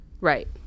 right